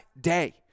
day